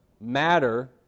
matter